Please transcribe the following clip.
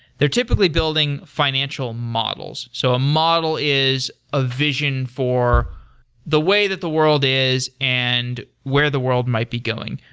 they're typically building financial models. so a model is a vision for the way that the world is and where the world might be going.